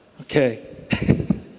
Okay